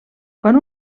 quan